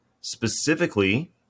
specifically